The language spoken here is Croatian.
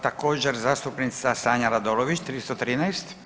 Također zastupnica Sanja RAdolović 313.